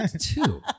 two